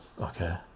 Okay